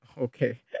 okay